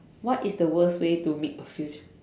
what is the worst way to meet a future